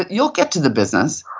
ah you'll get to the business.